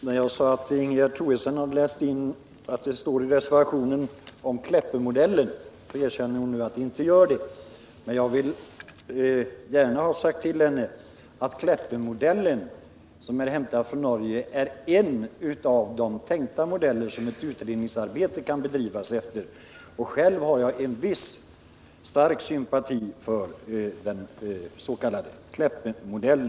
Herr talman! Ingegerd Troedsson erkänner nu att det inte står någonting om Kleppemodellen i reservationen. Men jag vill gärna ha sagt till Ingegerd Troedsson att Kleppemodellen, som är hämtad från Norge, är en av de tänkta modeller som ett utredningsarbete kan bedrivas efter. Själv har jag en viss stark sympati för denna modell.